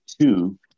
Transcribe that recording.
two